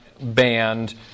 banned